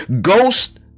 Ghost